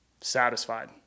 satisfied